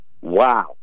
wow